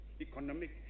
economic